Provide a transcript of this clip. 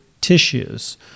tissues